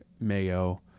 Mayo